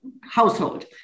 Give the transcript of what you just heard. household